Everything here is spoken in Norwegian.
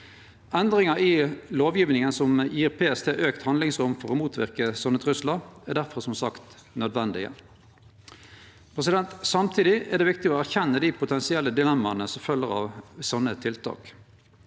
Endringar i lovgjevinga som gjev PST auka handlingsrom for å motverke slike truslar, er difor som sagt nødvendige. Samtidig er det viktig å erkjenne dei potensielle dilemmaa som følgjer av slike tiltak.